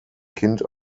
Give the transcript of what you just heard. kind